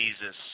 Jesus